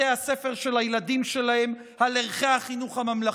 הספר של הילדים שלהם על ערכי החינוך הממלכתי.